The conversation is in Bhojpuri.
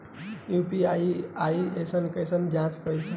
यू.पी.आई से आइल पईसा के जाँच कइसे करब?